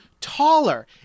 taller